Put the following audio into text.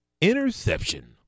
Interception